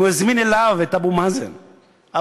אם הוא יזמין אליו את אבו מאזן הביתה,